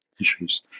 issues